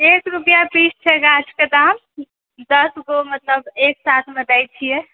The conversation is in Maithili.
एक रुपआ पीस छै गाछके दाम दस गो मतलब एक साथमे दै छियै